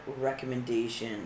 recommendation